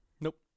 nope